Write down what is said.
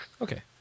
Okay